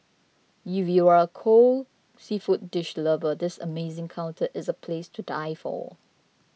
if you are a cold seafood dish lover this amazing counter is a place to die for